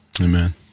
Amen